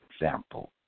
example